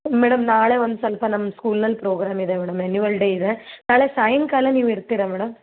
madam ನಾಳೆ ಒಂದು ಸ್ವಲ್ಪ ನಮ್ಮ ಸ್ಕೂಲ್ನಲ್ಲಿ ಪ್ರೋಗ್ರಾಮ್ ಇದೇ ಮೇಡಮ್ ಆ್ಯನಿವಲ್ ಡೇ ಇದೆ ನಾಳೆ ಸಾಯಂಕಾಲ ನೀವು ಇರ್ತೀರಾ ಮೇಡಮ್